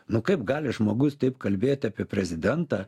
nu kaip gali žmogus taip kalbėt apie prezidentą